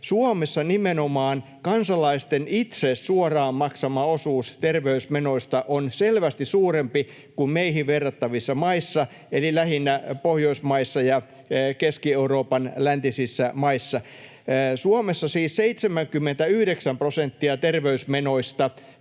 Suomessa nimenomaan kansalaisten itse suoraan maksama osuus terveysmenoista on selvästi suurempi kuin meihin verrattavissa maissa eli lähinnä Pohjoismaissa ja Keski-Euroopan läntisissä maissa. Suomessa siis 79 prosenttia terveysmenoista